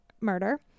murder